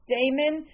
Damon